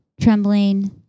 trembling